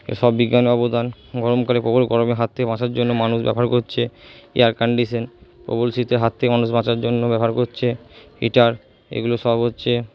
এসব বিজ্ঞানের অবদান গরমকালে প্রবল গরমে হাত থেকে বাঁচার জন্য মানুষ ব্যবহার করছে এয়ার কন্ডিশান প্রবল শীতের হাত থেকে মানুষ বাঁচার জন্য ব্যবহার করছে হিটার এগুলো সব হচ্চে